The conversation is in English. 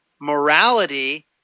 morality